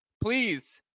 please